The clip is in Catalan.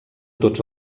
tots